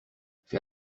fais